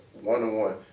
one-on-one